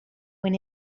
when